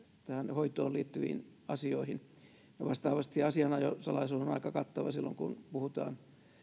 hoitoon liittyviin asioihin vastaavasti asianajosalaisuus on aika kattava silloin kun puhutaan